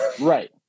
Right